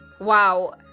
wow